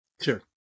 Sure